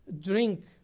drink